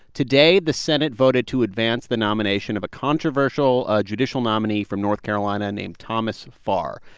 today, the senate voted to advance the nomination of a controversial judicial nominee from north carolina named thomas farr.